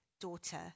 daughter